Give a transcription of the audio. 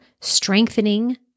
strengthening